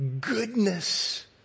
goodness